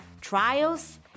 trials